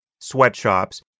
sweatshops